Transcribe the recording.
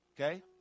okay